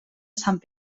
sant